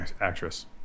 actress